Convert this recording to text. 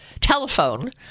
telephone